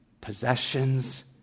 possessions